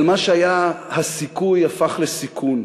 אבל מה שהיה הסיכוי הפך לסיכון.